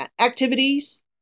activities